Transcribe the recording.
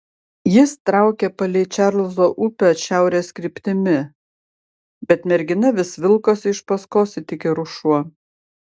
jis traukė palei čarlzo upę šiaurės kryptimi bet mergina vis vilkosi iš paskos it įkyrus šuo